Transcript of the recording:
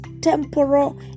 temporal